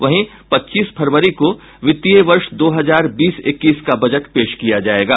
वहीं पच्चीस फरवरी को वित्तीय वर्ष दो हजार बीस इक्कीस का बजट पेश किया जायेगा